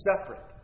separate